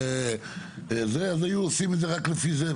היו עושים לפי זה,